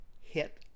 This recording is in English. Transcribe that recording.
hit